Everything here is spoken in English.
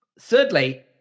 thirdly